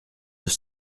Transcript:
deux